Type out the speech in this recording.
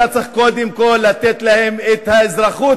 אתה צריך קודם כול לתת להם את האזרחות,